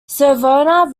savona